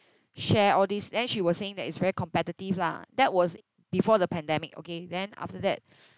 share all these then she was saying that it's very competitive lah that was before the pandemic okay then after that